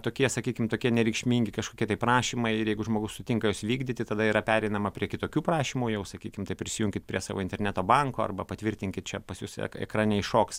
tokie sakykim tokie nereikšmingi kažkokie tai prašymai ir jeigu žmogus sutinka juos įvykdyti tada yra pereinama prie kitokių prašymų jau sakykim tai prisijunkit prie savo interneto banko arba patvirtinkit čia pas jus ekrane iššoks